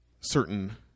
certain